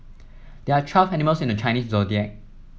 there are twelve animals in the Chinese Zodiac